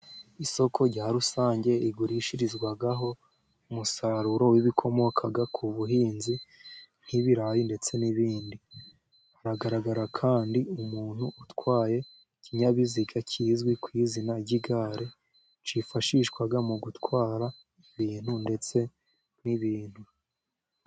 Isoko rya rusange rigurishirizwaho umusaruro w'ibikomokaga ku buhinzi nk'ibirayi ndetse n'ibindi. Haragaragara kandi umuntu utwaye ikinyabiziga kizwi ku izina ry'igare, cyifashishwa mu gutwara ibintu ndetse n'ibintu.